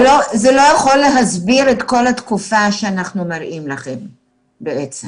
זה לא יכול להסביר את כל התקופה שאנחנו מראים לכם בעצם.